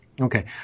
okay